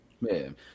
Man